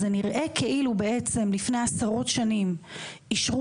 זה נראה כאילו בעצם לפני עשרות שנים אישרו